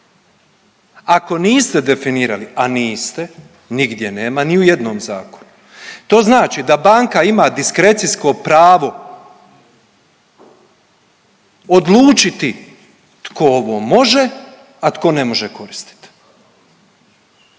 Ako niste definirali, a niste nigdje nema ni u jednom zakonu, to znači da banka ima diskrecijsko pravo odlučiti tko ovo može, a tko ne može koristiti.